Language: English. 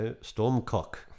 Stormcock